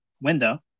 window